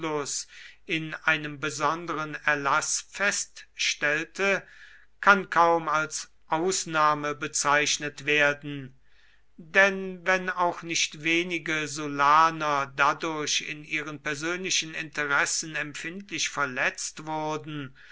in einem besonderen erlaß feststellte kann kaum als ausnahme bezeichnet werden denn wenn auch nicht wenige sullaner dadurch in ihren persönlichen interessen empfindlich verletzt wurden